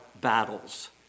battles